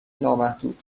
نامحدود